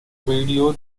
video